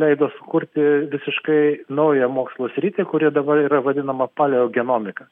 leido sukurti visiškai naują mokslo sritį kuri dabar yra vadinama paleogenomika